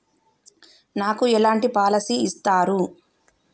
నాకు ఎలాంటి పాలసీ ఇస్తారు?